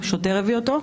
שוטר הביא אותו,